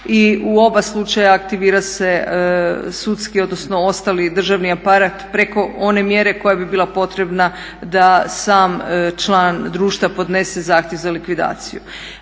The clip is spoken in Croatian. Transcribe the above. i u oba slučaja aktivira se sudski odnosno ostali državni aparat preko one mjere koja bi bila potrebna da sam član društva podnese zahtjev za likvidaciju.